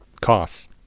costs